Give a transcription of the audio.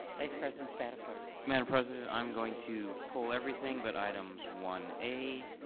vice president spadafore. madam president, i'm going to pull everything, but items one a,